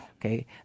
Okay